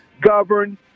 govern